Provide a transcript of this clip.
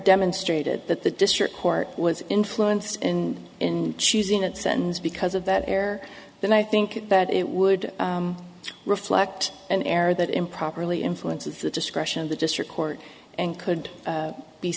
demonstrated that the district court was influenced in in choosing that sends because of that air then i think that it would reflect an area that improperly influences the discretion of the district court and could